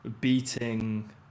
beating